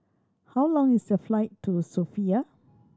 how long is the flight to Sofia